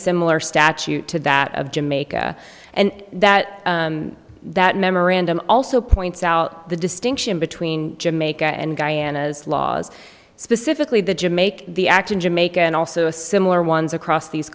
similar statute to that of jamaica and that that memorandum also points out the distinction between jamaica and diana's laws specifically that to make the act in jamaica and also a similar ones across these